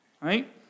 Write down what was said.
right